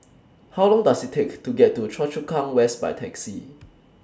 How Long Does IT Take to get to Choa Chu Kang West By Taxi